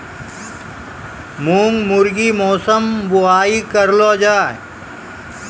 मूंग गर्मी मौसम बुवाई करलो जा?